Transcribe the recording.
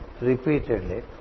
repeatedly